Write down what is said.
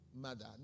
mother